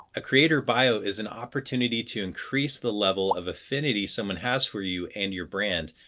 a creator bio is an opportunity to increase the level of affinity someone has for you and your brand,